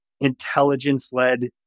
intelligence-led